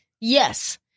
Yes